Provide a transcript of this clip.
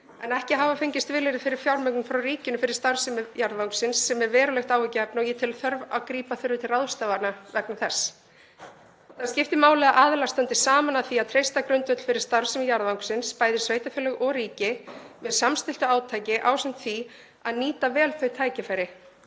en ekki hafa fengist vilyrði fyrir fjármögnun frá ríkinu fyrir starfsemi jarðvangsins sem er verulegt áhyggjuefni og ég tel að grípa þurfi til ráðstafana vegna þess. Það skiptir máli að aðilar standi saman að því að treysta grundvöll fyrir starfsemi jarðvangsins, bæði sveitarfélög og ríki, með samstilltu átaki ásamt því að nýta vel þau tækifæri